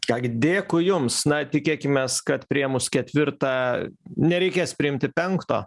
ką gi dėkui jums na tikėkimės kad priėmus ketvirtą nereikės priimti penkto